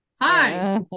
hi